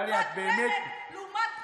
לעומת בנט,